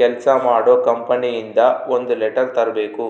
ಕೆಲ್ಸ ಮಾಡೋ ಕಂಪನಿ ಇಂದ ಒಂದ್ ಲೆಟರ್ ತರ್ಬೇಕು